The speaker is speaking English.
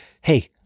Hey